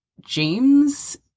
James